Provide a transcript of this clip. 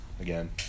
again